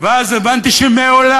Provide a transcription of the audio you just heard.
ואז הבנתי שמעולם